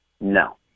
No